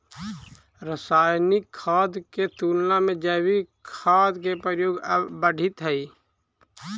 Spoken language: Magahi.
रासायनिक खाद के तुलना में जैविक खाद के प्रयोग अब बढ़ित हई